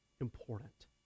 important